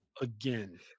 again